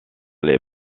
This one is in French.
les